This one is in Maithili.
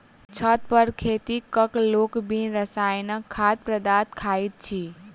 छत पर खेती क क लोक बिन रसायनक खाद्य पदार्थ खाइत अछि